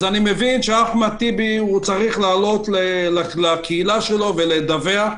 אני מבין שאחמד טיבי צריך להעלות לקהילה שלו ולדווח,